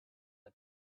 but